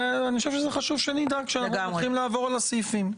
אני חושב שחשוב שנדע כשאנחנו הולכים לעבור על הסעיפים.